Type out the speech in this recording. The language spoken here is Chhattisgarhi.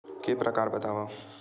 के प्रकार बतावव?